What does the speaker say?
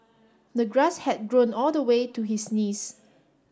the grass had grown all the way to his knees